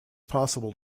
possible